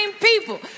people